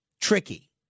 tricky